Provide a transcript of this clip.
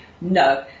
No